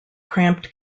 cramped